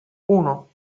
uno